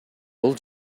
бул